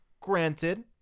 Granted